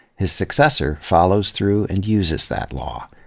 his successor follows through and uses that law.